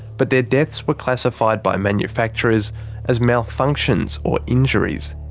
but their deaths were classified by manufacturers as malfunctions or injuries.